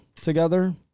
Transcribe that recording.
together